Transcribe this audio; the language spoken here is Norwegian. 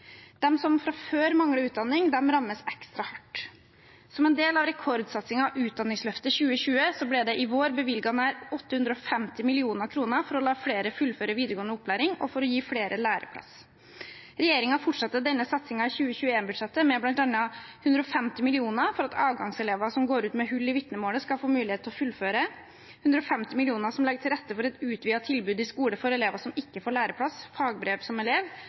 som fra før mangler utdanning, rammes ekstra hardt. Som en del av rekordsatsingen Utdanningsløftet 2020 ble det i vår bevilget nær 850 mill. kr for å la flere fullføre videregående opplæring og gi flere læreplass. Regjeringen fortsetter denne satsingen i 2021-budsjettet med bl.a. 150 mill. kr for at avgangselever som går ut med hull i vitnemålet, skal få mulighet til å fullføre, 150 mill. kr som legger til rette for et utvidet tilbud i skolen for elever som ikke får læreplass – «fagbrev som elev».